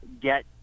get